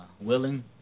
willing